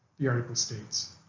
the article states,